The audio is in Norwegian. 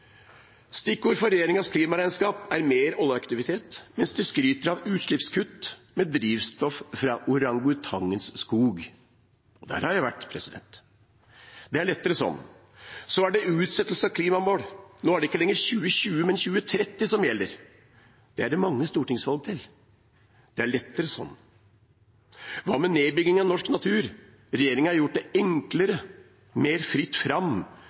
Stikkord for regjeringens klimaregnskap er mer oljeaktivitet, mens de skryter av utslippskutt – med drivstoff fra orangutangens skog. Der har jeg vært. Det er lettere sånn. Så er det utsettelse av klimamål. Nå er det ikke lenger 2020, men 2030 som gjelder. Det er mange stortingsvalg til. Det er lettere sånn. Hva med nedbygging av norsk natur? Regjeringen har gjort det enklere, mer fritt fram,